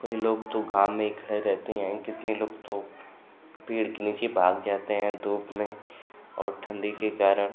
कई लोग तो गाम में खड़े रहती हैं कितने लोग तो पेड़ के नीचे भाग जाते हैं धूप में और ठंडी के कारण